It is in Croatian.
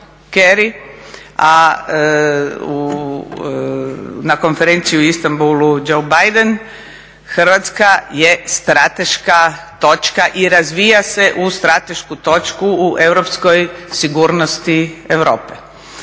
a na konferenciji u Istambulu Joe Biden, Hrvatska je strateška točka i razvija se u stratešku točku u europskoj sigurnosti Europe.